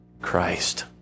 Christ